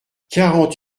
quarante